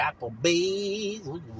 Applebee's